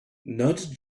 nudge